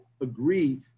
agree